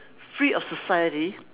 free of society